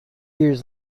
years